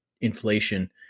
inflation